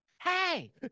Hey